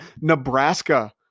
Nebraska